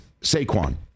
Saquon